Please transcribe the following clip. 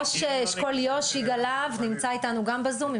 ראש אשכול יו"ש, יגאל להב, נמצא איתנו גם בזום.